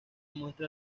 muestra